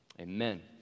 amen